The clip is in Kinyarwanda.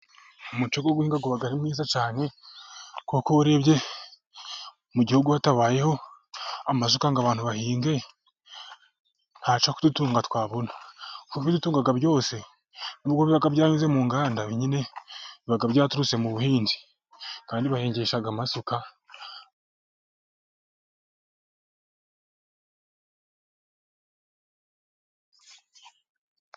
Umuco wo guhinga uba ari mwiza cyane, kuko urebye mu gihugu hatabayeho amazuka ngo abantu bahinge, ntacyo kudutunga twabona, kuko ibitunga byose, nubwa biba byanyuze mu nganda biba byaturutse mu buhinzi, kandi bahingisha amasuka.